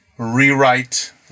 rewrite